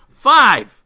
Five